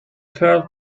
pearl